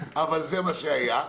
אבל זה מה שהיה.